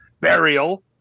Burial